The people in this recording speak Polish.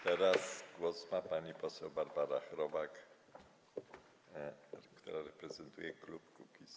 Teraz głos ma pani poseł Barbara Chrobak, która reprezentuje klub Kukiz’15.